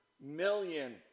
million